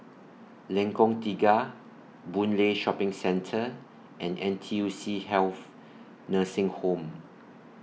Lengkong Tiga Boon Lay Shopping Centre and N T U C Health Nursing Home